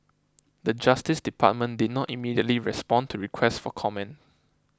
the Justice Department did not immediately respond to request for comment